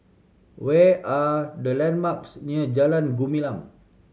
where are the landmarks near Jalan Gumilang